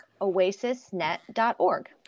oasisnet.org